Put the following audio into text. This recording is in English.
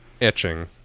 etching